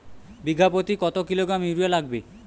বিঘাপ্রতি কত kilogram urea লাগবে?